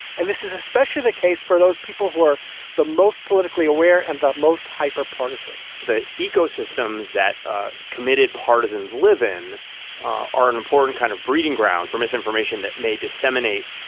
and this is especially the case for those people who are the most politically aware and the most hyper partisan the ecosystems that ah committed partisans live in are an important kind of breeding ground for misinformation that may disseminate